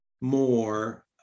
more